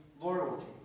loyalty